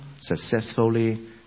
successfully